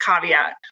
caveat